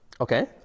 okay